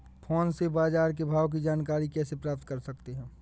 Phone से बाजार के भाव की जानकारी कैसे प्राप्त कर सकते हैं?